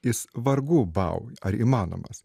jis vargu bau ar įmanomas